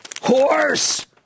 Horse